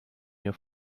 ihr